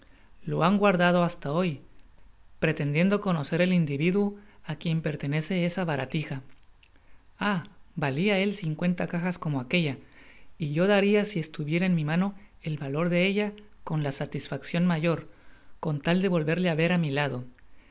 lo han guardado hasta hoy pretendiendo conocer el individuo á quien pertenece esa baratija ah valia él cincuenta cajas como aquella y yo daria si estuviera en mi mano el valor de ella con la satisfaccion mayor con tal de volverle á ver i mi lado